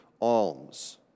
alms